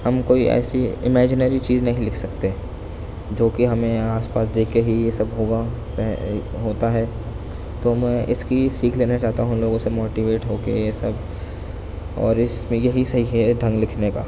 ہم کوئی ایسی امیجنری چیز نہیں لکھ سکتے جو کہ ہمیں آس پاس دیکھ کے ہی یہ سب ہوگا ہوتا ہے تو میں اس کی سیکھ لینا چاہتا ہوں لوگوں سے موٹیویٹ ہو کے یہ سب اور اس میں یہی صحیح ہے ڈھنگ لکھنے کا